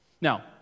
Now